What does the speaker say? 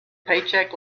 paycheck